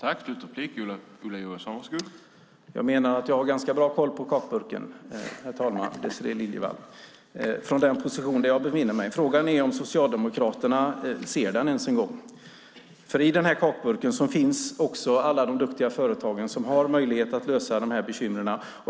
Herr talman! Jag menar att jag har ganska bra koll på kakburken, Désirée Liljevall, från den position där jag befinner mig. Frågan är om Socialdemokraterna ser den ens en gång. I den här kakburken finns också alla de duktiga företag som har möjlighet att reda ut de här bekymren.